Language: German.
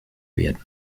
werden